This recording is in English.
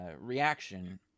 reaction